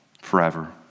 forever